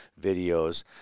videos